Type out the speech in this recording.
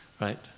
Right